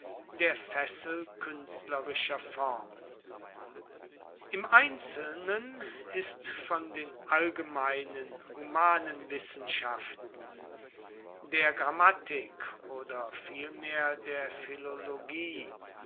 der fessel künstlerischer form im einzelnen ist von den allgemein humanen wissenschaften der grammatik oder vielmehr der philologie